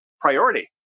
priority